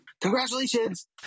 Congratulations